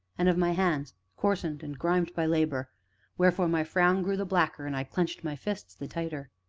and of my hands, coarsened and grimed by labor wherefore my frown grew the blacker and i clenched my fists the tighter.